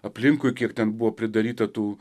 aplinkui kiek ten buvo pridaryta tų